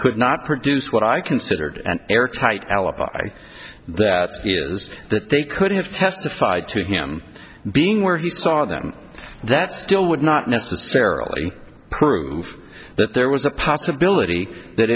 could not produce what i considered an airtight alibi that fears that they could have testified to him being where he saw them that still would not necessarily prove that there was a possibility that